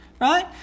right